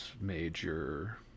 major